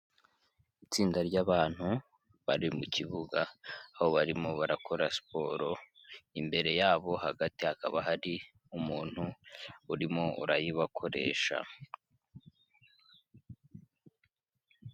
Itsinda ry'abantu bari mu kibuga aho barimo barakora siporo, imbere yabo hagati hakaba hari umuntu urimo urayibakoresha.